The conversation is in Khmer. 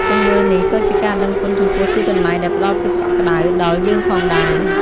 ទង្វើនេះក៏ជាការដឹងគុណចំពោះទីកន្លែងដែលផ្តល់ភាពកក់ក្តៅដល់យើងផងដែរ។